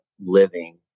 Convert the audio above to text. living